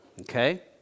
okay